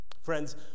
Friends